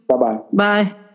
Bye-bye